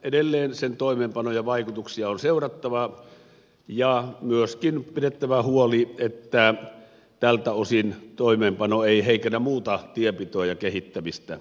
edelleen sen toimeenpanojen vaikutuksia on seurattava ja myöskin pidettävä huoli että tältä osin toimeenpano ei heikennä muuta tienpitoa ja kehittämistä